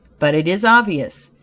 but it is obvious,